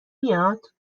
میاد